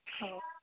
हो